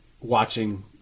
watching